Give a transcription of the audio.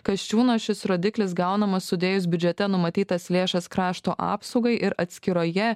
kasčiūno šis rodiklis gaunamas sudėjus biudžete numatytas lėšas krašto apsaugai ir atskiroje